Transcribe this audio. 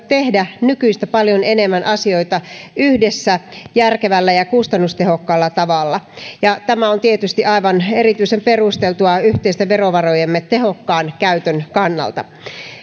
tehdä nykyistä paljon enemmän asioita yhdessä järkevällä ja ja kustannustehokkaalla tavalla ja tämä on tietysti aivan erityisen perusteltua yhteisten verovarojemme tehokkaan käytön kannalta